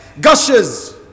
gushes